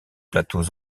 plateaux